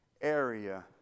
area